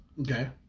Okay